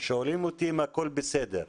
שואלים אותי אם הכול בסדר.